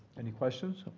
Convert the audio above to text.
any questions?